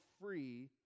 free